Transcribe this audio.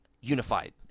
unified